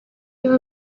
your